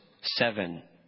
seven